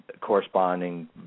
corresponding